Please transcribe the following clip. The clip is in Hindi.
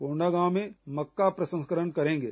कोंडागांव में मक्का प्रसंस्करण करेंगे